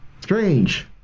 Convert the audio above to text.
Strange